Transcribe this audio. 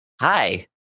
hi